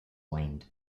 waned